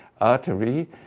artery